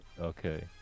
Okay